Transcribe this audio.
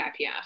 IPF